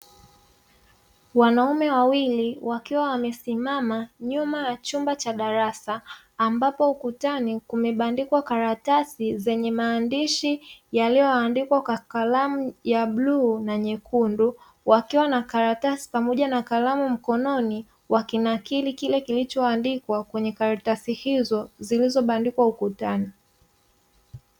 Wanaume wawili wakiwa wamesimama nyuma ya chumba cha darasa, ambapo ukutani kumebandikwa karatasi zenye maandishi yaliyoandikwa kwa kalamu ya bluu na nyekundu; wakiwa na karatasi pamoja na kalamu mkononi, wakinakili kile kilichoandikwa kwenye karatasi hizo zilizobandikwa ukutani.